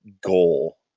goal